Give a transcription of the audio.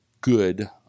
good